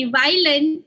violent